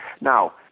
Now